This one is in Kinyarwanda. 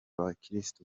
abakirisitu